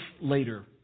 later